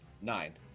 Nine